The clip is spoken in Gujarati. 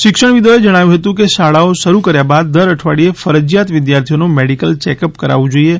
શિક્ષણવિદોએ જણાવ્યું હતું કે શાળાઓ શરૂ કર્યા બાદ દર અઠવાડિયે ફરજિયાત વિદ્યાર્થીઓનુ મેડિકલ ચેકઅપ કરાવવું જોઈએ